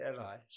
allies